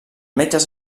metges